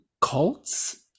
cults